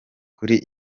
kuri